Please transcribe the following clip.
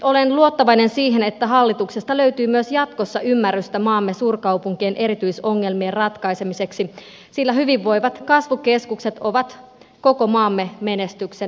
olen luottavainen että hallituksesta löytyy myös jatkossa ymmärrystä maamme suurkaupunkien erityisongelmien ratkaisemiseksi sillä hyvinvoivat kasvukeskukset ovat koko maamme menestyksen edellytys